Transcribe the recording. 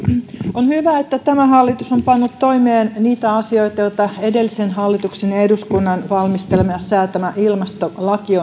on hyvä että tämä hallitus on pannut toimeen niitä asioita joita edellisen hallituksen ja ja eduskunnan valmistelema ja säätämä ilmastolaki